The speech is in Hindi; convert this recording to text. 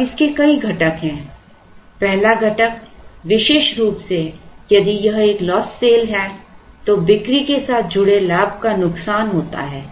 अब इसके कई घटक हैं पहला घटक विशेष रूप से यदि यह एक लॉस्ट सेल है तो बिक्री के साथ जुड़े लाभ का नुकसान होता है